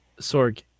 Sorg